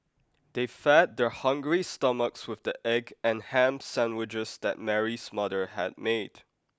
they fed their hungry stomachs with the egg and ham sandwiches that Mary's mother had made